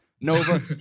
Nova